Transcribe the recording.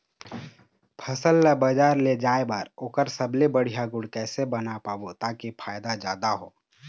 फसल ला बजार ले जाए बार ओकर सबले बढ़िया गुण कैसे बना पाबो ताकि फायदा जादा हो?